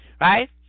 right